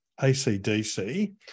ACDC